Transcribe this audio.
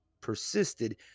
persisted